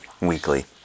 weekly